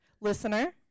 Listener